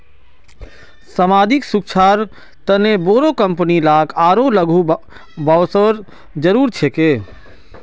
सामाजिक सुरक्षार तने बोरो कंपनी लाक आरोह आघु वसवार जरूरत छेक